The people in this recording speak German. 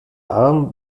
arm